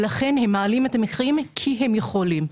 ולכן הם מעלים את המחירים, כי הם יכולים.